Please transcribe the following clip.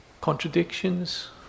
Contradictions